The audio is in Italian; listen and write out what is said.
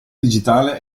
digitale